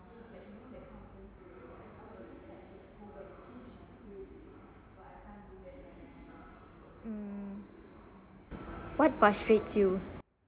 mm what frustrates you